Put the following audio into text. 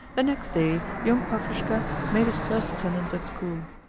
the next day young pavlushka made his first attendance at school.